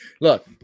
Look